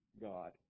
God